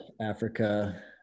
Africa